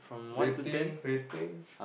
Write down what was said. rating rating